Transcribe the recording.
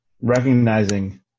recognizing